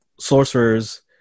sorcerers